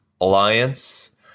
alliance